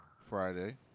Friday